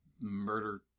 murder